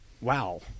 wow